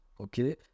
okay